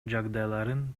жагдайларын